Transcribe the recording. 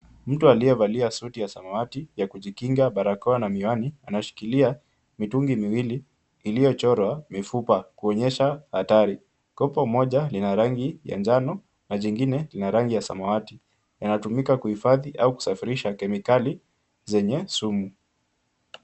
Mtu aliyevalia suti ya samawati ya kujikinga, barakoa na miwani anashikilia mitungi miwili iliyochorwa mifupa, kuonyesha hatari. Kopo moja lina rangi ya njano na jingine lina rangi ya samawati, inatumika kuhifadhi au kusafirisha kemikali zenye sumu.